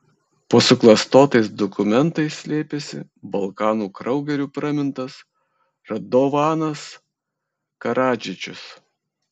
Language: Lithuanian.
po suklastotais dokumentais slėpėsi balkanų kraugeriu pramintas radovanas karadžičius